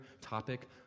topic